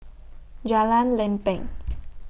Jalan Lempeng